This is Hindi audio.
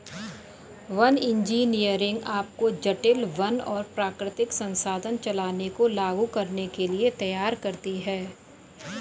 वन इंजीनियरिंग आपको जटिल वन और प्राकृतिक संसाधन संचालन को लागू करने के लिए तैयार करती है